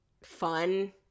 fun